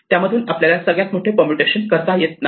त्यामधून आपल्याला सगळ्यात मोठे परमुटेशन करता येत नाही